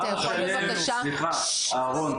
סליחה, אהרון.